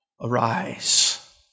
arise